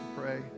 pray